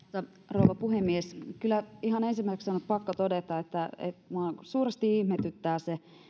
rouva puhemies kyllä ihan ensimmäiseksi on pakko todeta että minua suuresti ihmetyttää